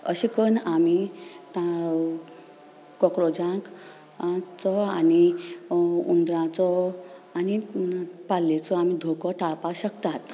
अशें करून आमी कॉक्रोजांक हांचो आनी हुंदरांचो आनी पालेचो आमी धोको टाळपाक शकतात